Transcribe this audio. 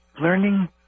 learning